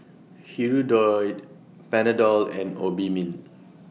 Hirudoid Panadol and Obimin